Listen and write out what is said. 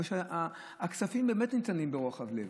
אבל הכספים באמת ניתנים ברוחב לב